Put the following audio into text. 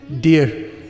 Dear